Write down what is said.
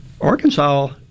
Arkansas